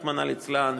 רחמנא ליצלן,